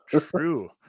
True